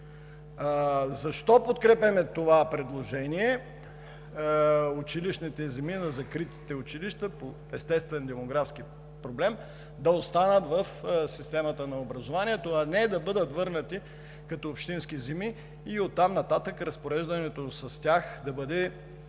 Защо подкрепяме това предложение – училищните земи на закритите училища по естествен демографски проблем, да останат в системата на образованието, а не да бъдат върнати като общински земи и оттам нататък разпореждането с тях да бъде